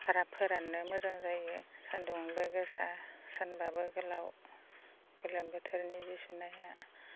फोराननो मोजां जायो सान्दुङाबो गोसा सानबाबो गोलाव गोलोम बोथोरनि जि सुनाया